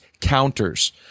counters